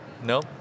No